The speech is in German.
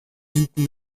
hinten